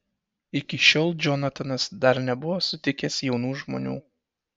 iki šiol džonatanas dar nebuvo sutikęs jaunų žmonių